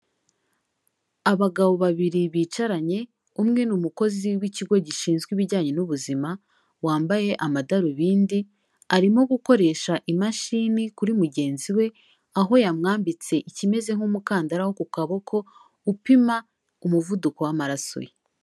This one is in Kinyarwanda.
Abagabo babiri bicaranye umwe ni umukozi w'ikigo gishinzwe ibijyanye n'ubuzima wambaye amadarubindi, arimo gukoresha imashini kuri mugenzi we aho yamwambitse ikimeze nk'umukandara wo ku kaboko upima umuvuduko w'amaraso ye.